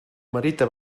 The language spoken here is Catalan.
merita